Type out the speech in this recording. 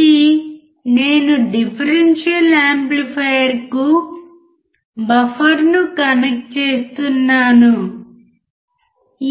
కాబట్టి నేను డిఫరెన్షియల్ యాంప్లిఫైయర్కు బఫర్ను కనెక్ట్ చేస్తున్నాను